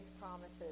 promises